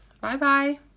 Bye-bye